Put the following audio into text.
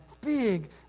big